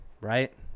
right